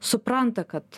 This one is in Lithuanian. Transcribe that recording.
supranta kad